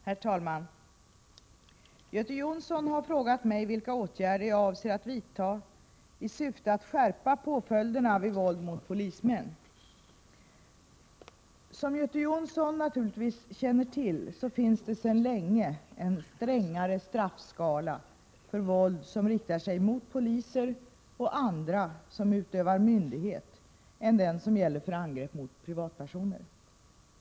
Herr talman! Göte Jonsson har frågat mig vilka åtgärder jag avser att vidta i syfte att skärpa påföljderna vid våld mot polismän. Som Göte Jonsson naturligtvis känner till finns det sedan länge en strängare straffskala för våld som riktar sig mot poliser och andra som utövar myndighet än den som gäller för angrepp mot privatpersoner.